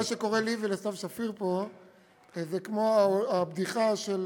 מה שקורה לי ולסתיו שפיר פה זה כמו הבדיחה של